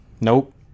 Nope